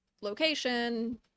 location